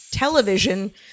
television